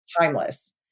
timeless